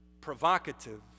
provocative